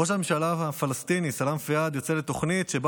ראש הממשלה הפלסטיני סלאם פיאד יצא בתוכנית שבה